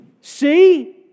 See